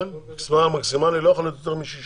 כן, המספר המקסימלי לא יכול להיות יותר משישה.